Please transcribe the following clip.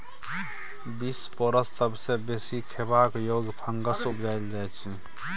बिसपोरस सबसँ बेसी खेबाक योग्य फंगस उपजाएल जाइ छै